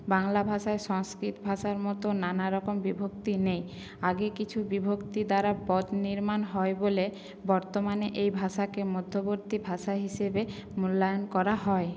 বাংলা ভাষায় সংস্কৃত ভাষার মতো নানারকম বিভক্তি নেই আগে কিছু বিভক্তি দ্বারা পদ নির্মাণ হয় বলে বর্তমানে এই ভাষাকে মধ্যবর্তী ভাষা হিসেবে মূল্যায়ন করা হয়